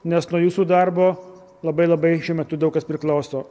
nes nuo jūsų darbo labai labai šiuo metu daug kas priklauso